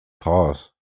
pause